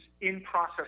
in-process